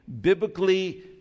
biblically